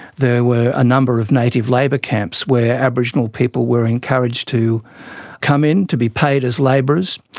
there were a number of native labour camps where aboriginal people were encouraged to come in, to be paid as labourers,